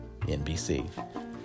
NBC